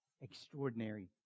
extraordinary